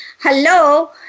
hello